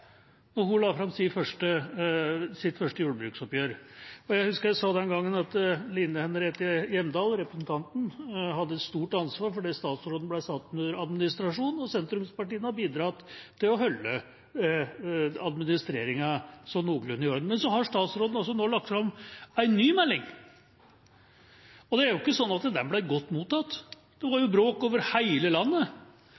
da hun la fram sitt første jordbruksoppgjør. Jeg husker jeg sa den gangen at representanten Line Henriette Hjemdal hadde et stort ansvar for at statsråden ble satt under administrasjon, og sentrumspartiene har bidratt til å holde administreringen sånn noenlunde i orden. Så har statsråden lagt fram en ny melding. Det er jo ikke sånn at den ble godt mottatt. Det